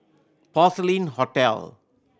Porcelain Hotel